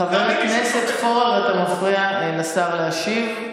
חבר הכנסת פורר, אתה מפריע לשר להשיב.